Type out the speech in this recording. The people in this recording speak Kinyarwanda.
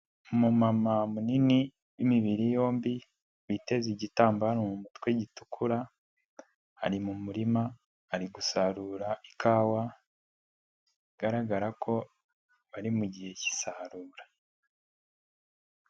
Umumama munini w'imibiri yombi witeze igitambaro mu mutwe gitukura, ari mu murima ari gusarura ikawa bigaragara ko bari mu gihe k'isarura.